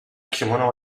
kimono